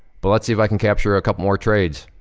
but, let's see if i can capture a couple more trades.